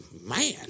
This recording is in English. man